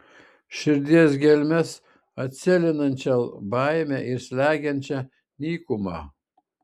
širdies gelmes atsėlinančią baimę ir slegiančią nykumą